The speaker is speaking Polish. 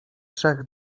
trzech